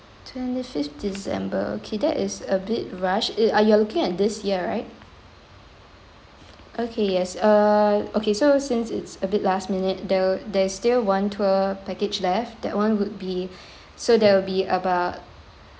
twenty fifth december okay that is a bit rush it ah you're looking at this year right okay yes err okay so since it's a bit last minute there were there still one tour package left that one would be so that will be about